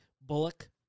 Bullock